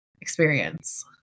experience